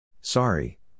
Sorry